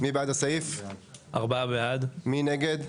מי נגד?